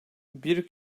bir